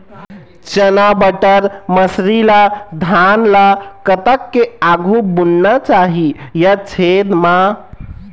चना बटर मसरी ला धान ला कतक के आघु बुनना चाही या छेद मां?